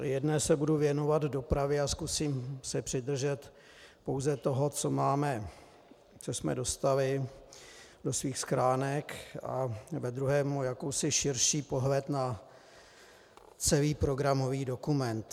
V jedné se budu věnovat dopravě a zkusím se přidržet pouze toho, co jsme dostali do svých schránek, a ve druhé budu mít jakýsi širší pohled na celý programový dokument.